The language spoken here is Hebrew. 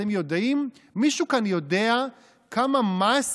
אתם יודעים, מישהו כאן יודע כמה מס